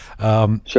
Sure